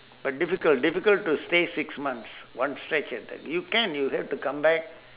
but difficult difficult to stay six months one stretch like that you can you have to come back